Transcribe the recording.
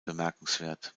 bemerkenswert